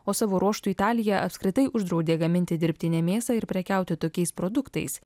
o savo ruožtu italija apskritai uždraudė gaminti dirbtinę mėsą ir prekiauti tokiais produktais